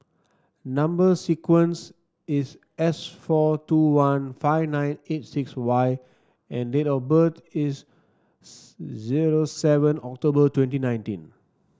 number sequence is S four two one five nine eight six Y and date of birth is zero seven October twenty nineteen